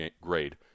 grade